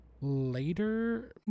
later